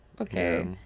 Okay